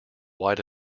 white